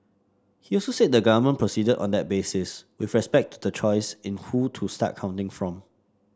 he also said the government proceeded on that basis with respect to the choice in who to start counting from